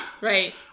right